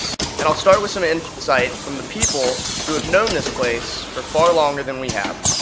and i'll start with some insight from the people who have known this place for far longer than we have.